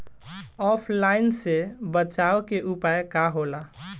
ऑफलाइनसे बचाव के उपाय का होला?